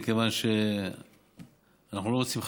מכיוון שאנחנו לא רוצים,